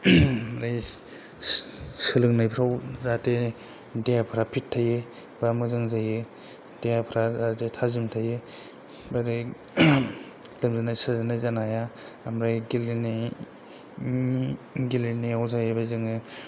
सोलोंनायफोराव जाहाथे देहाफोरा फिट थायो एबा मोजां जायो देहाफोरा आरो थाजिम थायो लोमजानाय साजानाय जानाया ओमफ्राय गेलेनाय गेलेनायाव जाहैबाय जोङो